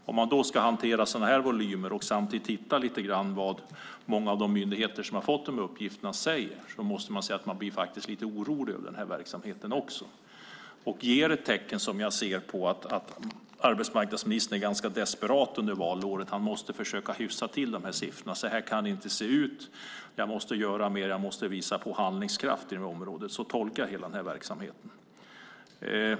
Ska man då hantera sådana här volymer och samtidigt tittar lite grann på vad många av de myndigheter som fått dessa uppgifter säger måste jag säga att man faktiskt blir lite orolig över verksamheten. Det är ett tecken som jag ser på att arbetsmarknadsministern är ganska desperat under valåret. Han måste försöka hyfsa till siffrorna och tänker: Så här kan det inte se ut. Jag måste göra mer. Jag måste visa på handlingskraft på detta område. Så tolkar jag hela denna verksamhet.